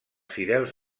fidels